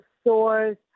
stores